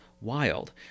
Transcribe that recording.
wild